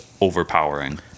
overpowering